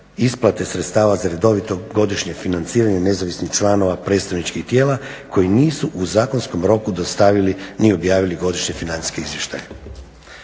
isplate sredstava za redovito godišnje financiranje nezavisnih članova predstavničkih tijela koji nisu u zakonskom roku dostavili ni objavili godišnje financijske izvještaje.